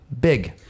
Big